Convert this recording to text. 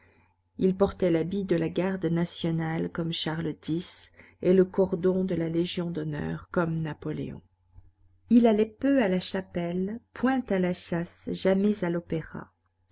il portait l'habit de la garde nationale comme charles x et le cordon de la légion d'honneur comme napoléon il allait peu à la chapelle point à la chasse jamais à l'opéra